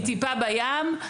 היא טיפה בים.